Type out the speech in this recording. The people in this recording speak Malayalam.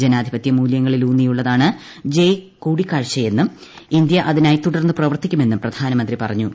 ജനാധപത്യ മൂല്യങ്ങളിൽ ഊന്നിയുള്ളതാണ് ജയ് കൂടിക്കാഴ്ചയെന്നും ഇന്ത്യ അതിനായി തുടർന്നും പ്രവർത്തിക്കുമെന്നും പ്രധാനമന്ത്രി പറഞ്ഞു